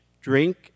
drink